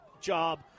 job